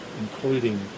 including